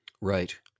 Right